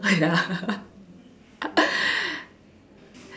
ya